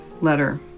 letter